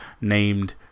named